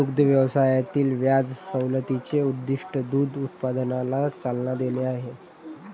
दुग्ध व्यवसायातील व्याज सवलतीचे उद्दीष्ट दूध उत्पादनाला चालना देणे आहे